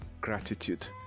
gratitude